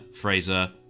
Fraser